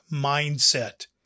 mindset